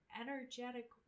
energetic